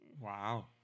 Wow